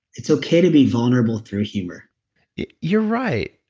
it's okay to be vulnerable through humor you're right.